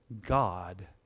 God